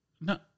No